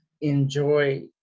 enjoy